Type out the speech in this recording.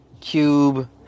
Cube